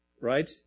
right